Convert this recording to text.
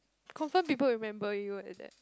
confirm people remember you at that